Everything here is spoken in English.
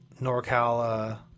NorCal